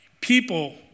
people